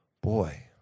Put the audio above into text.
Boy